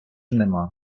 нема